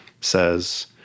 says